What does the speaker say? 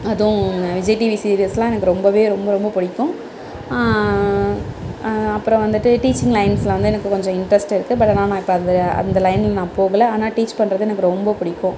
அதுவும் நான் விஜய் டீவி சீரியல்ஸ்லாம் எனக்கு ரொம்பவே ரொம்ப ரொம்ப பிடிக்கும் அப்புறோம் வந்துட்டு டீச்சிங் லைன்ஸில் வந்து எனக்கு கொஞ்சம் இன்ட்ரெஸ்ட் இருக்குது பட் நான் அந்த அந்த லைன் நான் போகலை ஆனால் டீச் பண்ணுறது எனக்கு ரொம்ப பிடிக்கும்